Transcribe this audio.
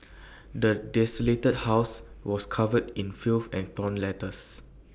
the desolated house was covered in filth and torn letters